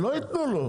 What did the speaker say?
לא יתנו לו.